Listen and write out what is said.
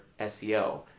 SEO